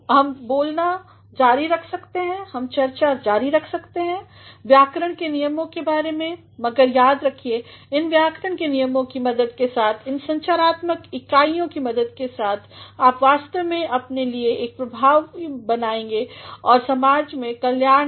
हम बोलना जारी रख सकते हैं हम चर्चा जारी रख सकते हैं व्याकरण के नियमों के बारे में मगर याद रखिए कि इन व्याकरण के नियमों की मदद के साथ इन संचारात्मकइकाइयोंकी मदद के साथ आप वास्तव में अपना एक प्रभाव बनाएंगे समाज में कार्यालय में